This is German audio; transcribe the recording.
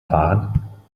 fahren